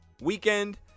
weekend